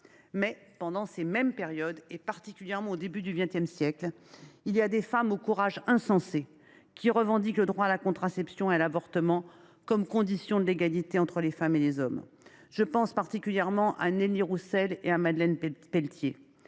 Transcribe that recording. pendant ces mêmes périodes, particulièrement au début du XX siècle, des femmes au courage insensé revendiquent le droit à la contraception et à l’avortement comme conditions de l’égalité entre les femmes et les hommes. Je pense particulièrement à Nelly Roussel et à Madeleine Pelletier.